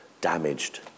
damaged